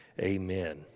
Amen